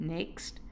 Next